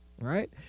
right